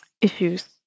issues